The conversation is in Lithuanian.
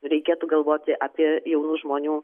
reikėtų galvoti apie jaunų žmonių